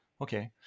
Okay